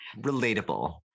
relatable